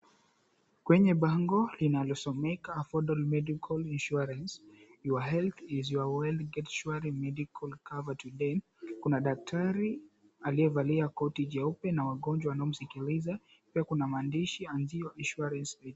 Kwenye bango linalosomeka "AFFORDABLE MEDICAL INSURANCE, Your health is your wealth Get SHWAARI Medical cover Today". Kuna daktari aliyevalia kotI jeupe na wagonjwa wanao msikiliza, pia kuna maandishi "ANZIO INSURANCE AGENCY".